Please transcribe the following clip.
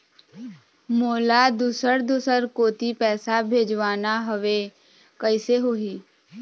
मोला दुसर दूसर कोती पैसा भेजवाना हवे, कइसे होही?